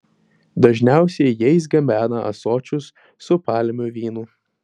dažniausiai jais gabena ąsočius su palmių vynu